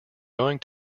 going